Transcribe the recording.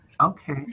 okay